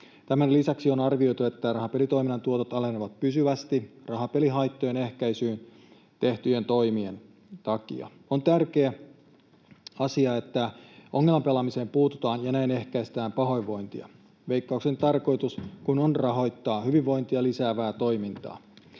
Tämän lisäksi on arvioitu, että rahapelitoiminnan tuotot alenevat pysyvästi rahapelihaittojen ehkäisyyn tehtyjen toimien takia. On tärkeä asia, että ongelmapelaamiseen puututaan ja näin ehkäistään pahoinvointia, Veikkauksen tarkoitus kun on rahoittaa hyvinvointia lisäävää toimintaa.